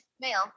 male